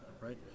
right